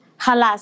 halas